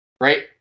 right